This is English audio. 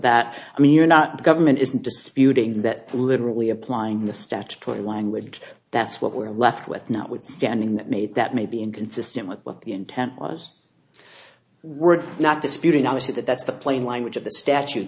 that i mean you're not government isn't disputing that literally applying the statutory language that's what we're left with notwithstanding that made that may be inconsistent with what the intent was we're not disputing obviously that that's the plain language of the statute